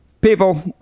People